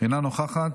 אינה נוכחת.